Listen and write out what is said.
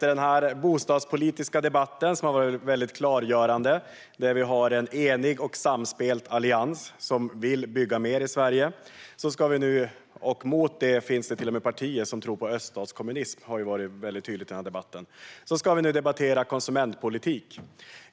Den här bostadspolitiska debatten har varit klargörande: Vi har en enig och samspelt allians som vill bygga mer i Sverige. Mot det finns det till och med partier som tror på öststatskommunism; det har varit tydligt i debatten. Nu ska vi debattera konsumentpolitik.